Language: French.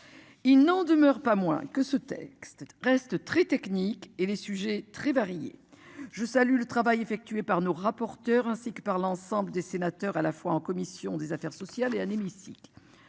Il n'en demeure pas moins que ce texte reste très technique et les sujets très variés. Je salue le travail effectué par nos rapporteurs ainsi que par l'ensemble des sénateurs à la fois en commission des affaires sociales et un hémicycle.